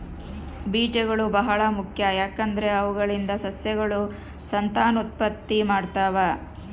ಬೀಜಗಳು ಬಹಳ ಮುಖ್ಯ, ಯಾಕಂದ್ರೆ ಅವುಗಳಿಂದ ಸಸ್ಯಗಳು ಸಂತಾನೋತ್ಪತ್ತಿ ಮಾಡ್ತಾವ